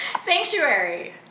Sanctuary